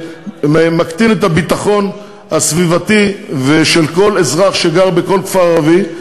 מקטין את הביטחון הסביבתי של כל אזרח שגר בכל כפר ערבי,